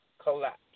collapse